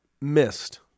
missed